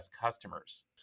customers